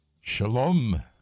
Shalom